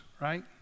right